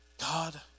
God